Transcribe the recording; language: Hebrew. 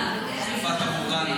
איך אמר --- זה פאטה מורגנה.